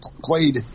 played